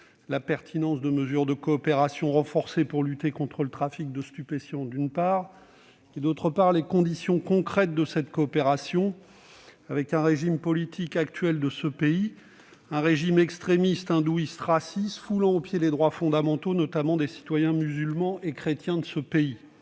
la pertinence de mesures de coopération renforcée pour lutter contre le trafic de stupéfiants, d'autre part, celui des conditions concrètes de cette coopération avec le régime politique actuel de ce pays, un régime extrémiste hindouiste raciste, foulant aux pieds les droits fondamentaux, notamment ceux des citoyens indiens musulmans et chrétiens. Au nom